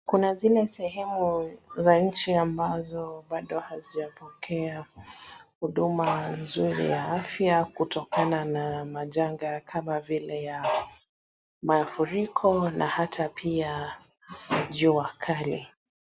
Kuna zile sehemu za nchi ambazo bado hazijapokea huduma nzuri ya afya kutokana na majanga kama vile ya mafuriko, na hata pia jua kali.